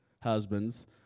Husbands